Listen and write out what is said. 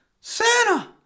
Santa